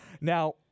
Now